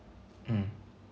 mm